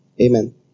amen